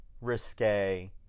risque